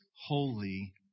holy